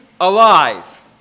alive